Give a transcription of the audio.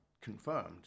confirmed